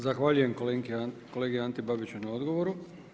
Zahvaljujem kolegi Anti Babiću na odgovoru.